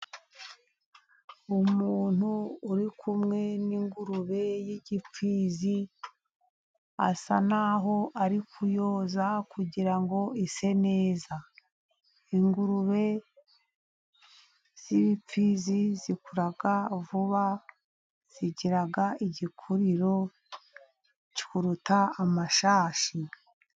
Umuntu uri kumwe n'ingurube y'igipfizi. Asa n'aho ari kuyoza kugira ngo ise neza. Ingurube z'ibipfizi zikura vuba, zigira igikuriro kuruta amashashi.